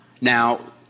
Now